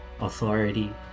authority